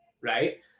right